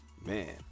Man